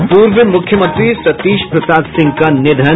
और पूर्व मुख्यमंत्री सतीश प्रसाद सिंह का निधन